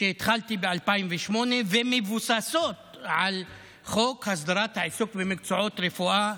שהתחלתי ב-2008 ומבוססות על חוק הסדרת העיסוק במקצועות הרפואה